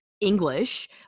English